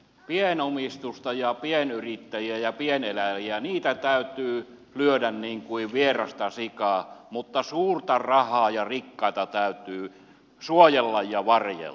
pienomistusta ja pienyrittäjiä ja pieneläjiä täytyy lyödä niin kuin vierasta sikaa mutta suurta rahaa ja rikkaita täytyy suojella ja varjella